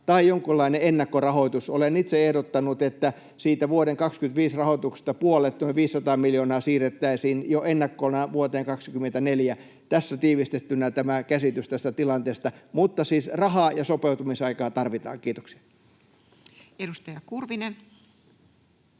tai jonkunlainen ennakkorahoitus. Olen itse ehdottanut, että siitä vuoden 25 rahoituksesta puolet, noin 500 miljoonaa, siirrettäisiin jo ennakkona vuoteen 24. Tässä tiivistettynä tämä käsitys tästä tilanteesta, mutta siis rahaa ja sopeutumisaikaa tarvitaan. — Kiitoksia. [Speech